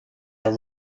are